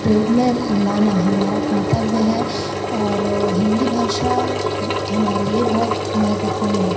प्रयोग में लाना हमारा कर्तव्य है और हिन्दी भाषा हमारे लिए बहुत महत्वपूर्ण है